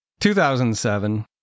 2007